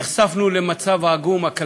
נחשפנו למצב העגום, הכלכלי,